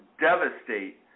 devastate